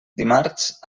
dimarts